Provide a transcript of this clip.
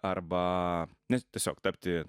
arba na tiesiog tapti